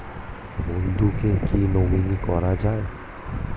বন্ধুকে কী নমিনি করা যায়?